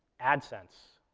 adsense.